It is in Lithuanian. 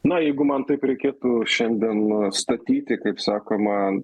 na jeigu man taip reikėtų šiandien statyti kaip sakoma